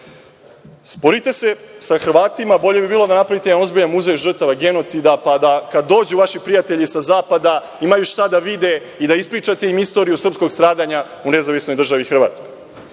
državi. Sporite se sa Hrvatima, bolje bi bilo da napravite jedan ozbiljan muzej žrtava genocida, pa da kada dođu vaši prijatelji sa zapada imaju šta da vide i da im ispričate istoriju srpskog stradanja u NDH.Apsolutno se